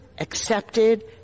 accepted